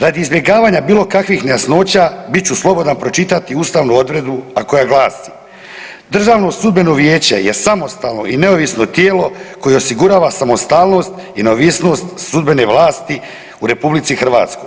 Radi izbjegavanja bilo kakvih nejasnoća bit ću slobodno pročitati ustavnu odredbu a koja glasi: Državno sudbeno vijeće je samostalno i neovisno tijelo koje osigurava samostalnost i neovisnost sudbene vlasti u Republici Hrvatskoj.